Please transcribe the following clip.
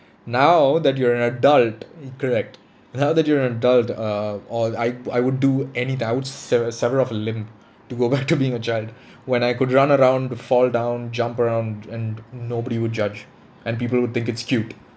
now that you're an adult correct now that you're an adult err all I I would do anything I would sev~ sever off a limb to go back to being a child when I could run around to fall down jump around and nobody would judge and people would think it's cute